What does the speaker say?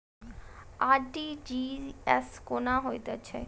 RTGS कोना होइत छै?